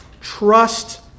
Trust